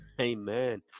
amen